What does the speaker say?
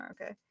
Okay